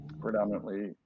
predominantly